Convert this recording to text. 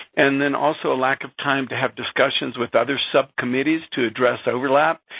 and then also, lack of time to have discussions with other subcommittees to address overlap.